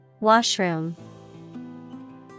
Washroom